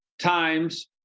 times